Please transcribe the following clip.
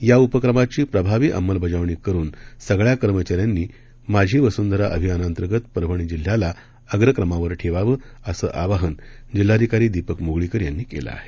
या उपक्रमाची प्रभावी अंमलबजावणी करून सगळ्या कर्मचाऱ्यांनी माझी वसुंधरा अभियानाअंतर्गत परभणी जिल्ह्याला अग्रक्रमावर ठेवावं असं आवाहन जिल्हाधिकारी दीपक मुगळीकर यांनी केलं आहे